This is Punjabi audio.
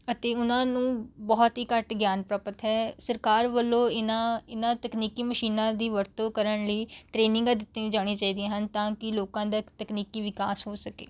ਅਤੇ ਉਨ੍ਹਾਂ ਨੂੰ ਬਹੁਤ ਹੀ ਘੱਟ ਗਿਆਨ ਪ੍ਰਾਪਤ ਹੈ ਸਰਕਾਰ ਵੱਲੋਂ ਇਨ੍ਹਾਂ ਇਨ੍ਹਾਂ ਤਕਨੀਕੀ ਮਸ਼ੀਨਾਂ ਦੀ ਵਰਤੋਂ ਕਰਨ ਲਈ ਟ੍ਰੇਨਿੰਗਾਂ ਦਿੱਤੀਆਂ ਜਾਣੀਆਂ ਚਾਹੀਦੀਆਂ ਹਨ ਤਾਂ ਕਿ ਲੋਕਾਂ ਦਾ ਤਕਨੀਕੀ ਵਿਕਾਸ ਹੋ ਸਕੇ